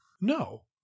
No